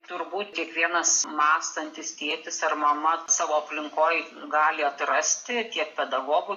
turbūt kiekvienas mąstantis tėtis ar mama savo aplinkoj gali atrasti tiek pedagogų